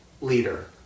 leader